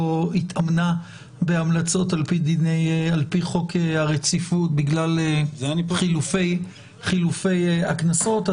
התאמנה בהמלצות על פי חוק הרציפות בגלל חילופי הכנסות,